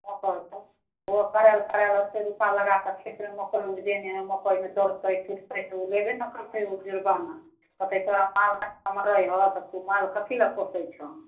ओत्तऽ हेतै करायल करायल ओते रुपा लगा कऽ खेतमे मकइ उपजेने हय मकइमे जेतै टुटतै तऽ उ लेबे ने करतै उ जुरबाना कहतै तोरा माल नहि सम्हरइ हऽ तऽ तु माल कथी लए माल पोसै छऽ